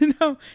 No